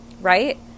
right